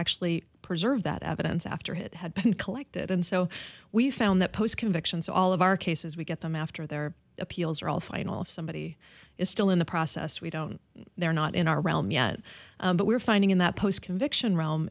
actually preserve that evidence after it had been collected and so we found that those convictions all of our cases we get them after their appeals are all final if somebody is still in the process we don't they're not in our realm yet but we're finding in that post conviction realm